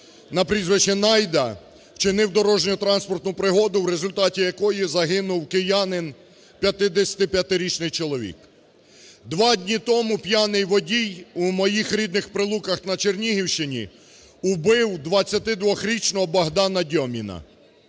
на прізвище Найда, вчинив дорожньо-транспортну пригоду, в результаті якої загинув киянин 55-річний чоловік. Два дні тому п'яний водій, у моїх рідних Прилуках на Чернігівщині, вбив 22-річного Богдана Дьоміна